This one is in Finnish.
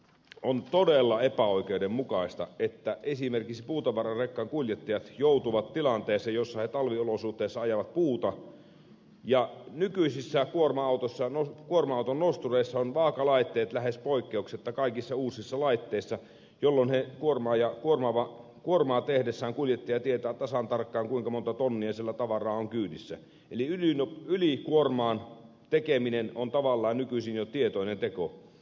on todella epäoikeudenmukaista että esimerkiksi puutavararekan kuljettajat joutuvat tilanteeseen jossa he talviolosuhteissa ajavat puuta ja nykyisissä kuorma autonostureissa on vaakalaitteet lähes poikkeuksetta kaikissa uusissa laitteissa jolloin kuormaa tehdessään kuljettaja tietää tasan tarkkaan kuinka monta tonnia siellä tavaraa on kyydissä eli ylikuorman tekeminen on tavallaan nykyisin jo tietoinen teko